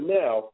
now